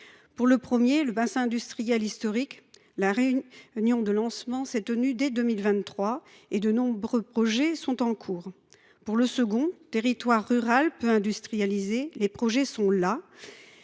à savoir le bassin industriel historique, la réunion de lancement s’est tenue dès 2023, et de nombreux projets sont en cours. Pour ce qui est du second, territoire rural peu industrialisé, les projets sont là,